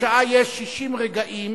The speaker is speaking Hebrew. בשעה יש 60 רגעים,